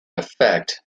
effect